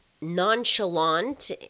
nonchalant